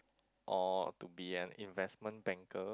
or to be an investment banker